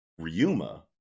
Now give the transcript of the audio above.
Ryuma